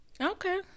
Okay